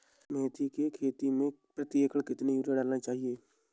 मेथी के खेती में प्रति एकड़ कितनी यूरिया डालना चाहिए?